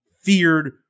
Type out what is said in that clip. feared